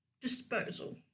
Disposal